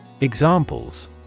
Examples